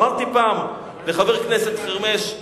אמרתי פעם לחבר הכנסת חרמש,